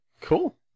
Cool